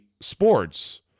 sports